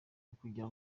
ukugira